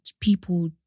people